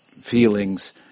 feelings